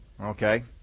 Okay